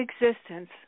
existence